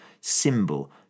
symbol